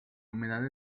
humedad